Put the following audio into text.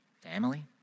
family